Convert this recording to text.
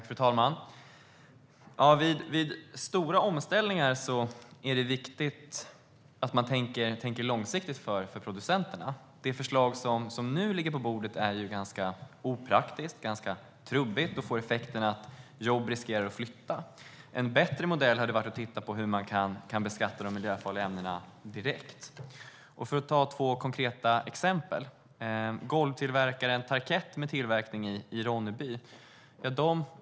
Fru talman! Vid stora omställningar är det viktigt att tänka långsiktigt för producenterna. Det förslag som nu ligger på bordet är ganska opraktiskt och ganska trubbigt och riskerar att få effekten att jobb flyttar. En bättre modell skulle vara att titta på hur man kan beskatta de miljöfarliga ämnena direkt. Jag ska ta två konkreta exempel. Ett är golvtillverkaren Tarkett som har tillverkning i Ronneby.